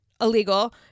illegal